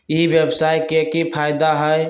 ई व्यापार के की की फायदा है?